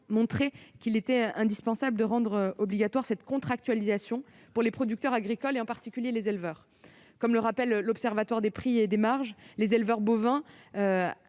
montré qu'il était indispensable de rendre obligatoire la contractualisation pour les producteurs agricoles, en particulier pour les éleveurs. Comme le rappelle l'Observatoire de la formation des prix et des marges